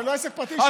זה לא עסק פרטי שלי,